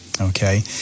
Okay